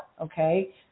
Okay